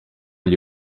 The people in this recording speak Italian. gli